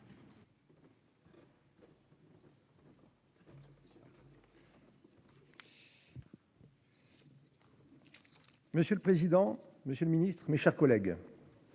Monsieur le président, monsieur le ministre, mes chers collègues,